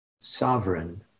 sovereign